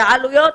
ועלויות